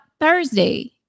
Thursday